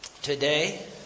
Today